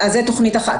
זה תוכנית אחת.